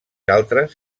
altres